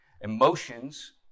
Emotions